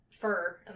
fur